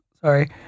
Sorry